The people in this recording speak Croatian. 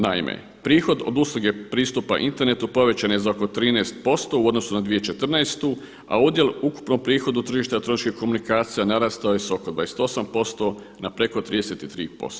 Naime, prihod od usluge pristupa internetu povećan je za oko 13% u odnosu na 2014. a udjel u ukupnom prihodu tržišta elektroničkih komunikacija narastao je s oko 28% na preko 33%